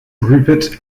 rupert